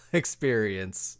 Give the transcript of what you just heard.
experience